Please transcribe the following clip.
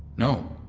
no.